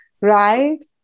right